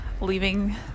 leaving